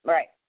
Right